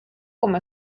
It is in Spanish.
como